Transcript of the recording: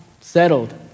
settled